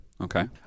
Okay